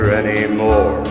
anymore